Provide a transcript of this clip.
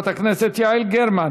חברת הכנסת יעל גרמן,